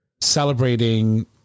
celebrating